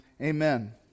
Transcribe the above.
amen